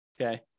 okay